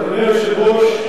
אדוני היושב-ראש,